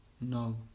no